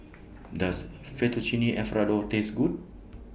Does Fettuccine Alfredo Taste Good